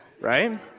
right